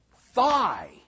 thigh